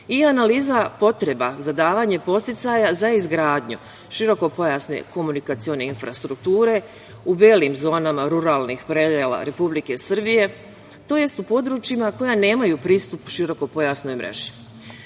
i analizu potreba za davanje podsticaja za izgradnju širokopojasne komunikacione infrastrukture u belim zonama ruralnih predela Republike Srbije, tj. u područjima koja nemaju pristup širokopojasnoj mreži. Tokom